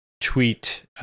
tweet